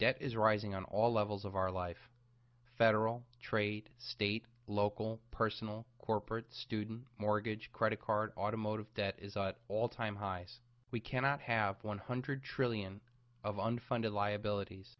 debt is rising on all levels of our life federal trade state local personal corporate student mortgage credit card automotive debt is all time highs we cannot have one hundred trillion of unfunded liabilities